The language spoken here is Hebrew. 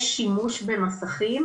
יש שימוש במסכים,